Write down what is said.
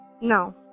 No